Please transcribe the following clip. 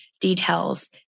details